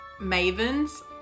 Maven's